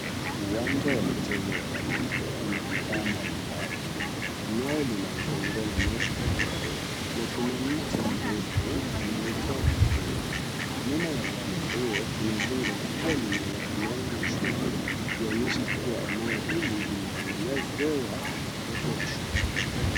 Uwanja wa michezo ya watoto una vifaa mbali mbali, eneo lina udongo na nyasi kidogo na kuna mti mrefu unaotoa kivuli, nyuma ya uwanja huo kuna jengo kubwa linalofanana na shule ikionyesha kuwa eneo hili limetengenezewa watoto wa shule.